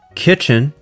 kitchen